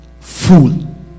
Fool